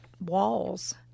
walls